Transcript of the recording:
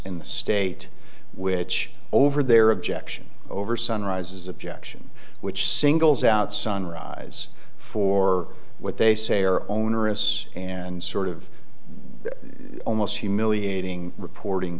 the state which over their objection over sunrises objection which singles out sunrise for what they say are onerous and sort of almost humiliating reporting